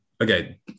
Okay